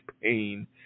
pain